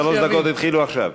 שלוש דקות התחילו עכשיו.